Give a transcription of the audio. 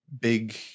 big